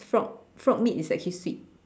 frog frog meat is actually sweet